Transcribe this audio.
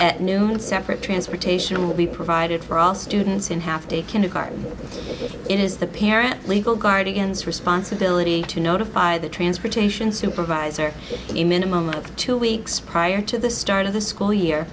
at noon separate transportation will be provided for all students in half day kindergarten in his the parent legal guardians responsibility to notify the transportation supervisor a minimum of two weeks prior to the start of the school year